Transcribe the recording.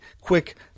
quick